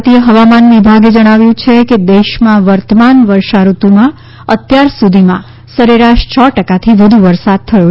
ભારતીય હવામાન વિભાગે જણાવ્યું છે કે દેશમાં વર્તમાન વર્ષા ઋતુમાં અત્યાર સુધીમાં સરેરાશ છ ટકા વધુ વરસાદ થયો છે